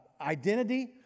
identity